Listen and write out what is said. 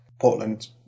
Portland